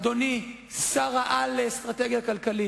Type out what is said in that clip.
אדוני השר-על לאסטרטגיה כלכלית.